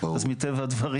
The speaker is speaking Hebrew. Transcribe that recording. אז מטבע הדברים,